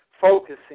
focusing